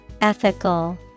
ethical